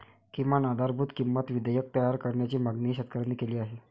किमान आधारभूत किंमत विधेयक तयार करण्याची मागणीही शेतकऱ्यांनी केली आहे